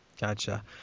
Gotcha